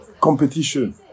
competition